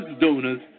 donors